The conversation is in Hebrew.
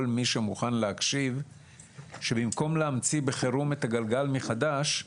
מי שמוכן להקשיב שבמקום להמציא בחירום את הגלגל מחדש,